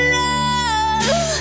love